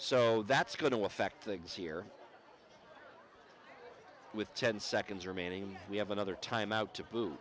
so that's going to affect things here with ten seconds remaining and we have another timeout to b